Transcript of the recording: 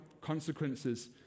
consequences